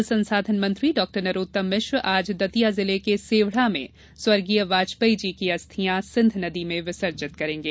जल संसाधन मंत्री डॉ नरोत्तम मिश्र आज दतिया जिले के सेवढ़ा में स्वर्गीय वाजपेयीजी की अस्थियाँ सिंघ नदी में विसर्जित करेंगे